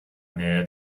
nähe